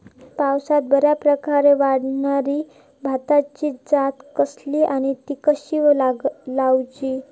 पावसात बऱ्याप्रकारे वाढणारी भाताची जात कसली आणि ती कशी लाऊची?